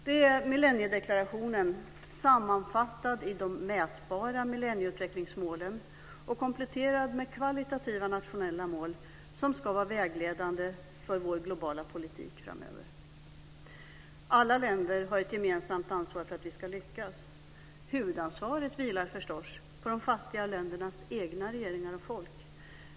Det är millenniedeklarationen - sammanfattad i de mätbara millennieutvecklingsmålen - kompletterade med kvalitativa nationella mål, som ska vara vägledande för vår globala politik framöver. Alla länder har ett gemensamt ansvar för att vi ska lyckas. Huvudansvaret vilar förstås på de fattiga ländernas egna regeringar och folk.